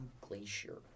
glacier